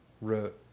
wrote